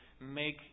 make